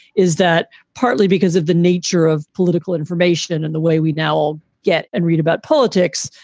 is that partly because of the nature of political information and the way we now get and read about politics?